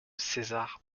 cesare